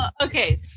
Okay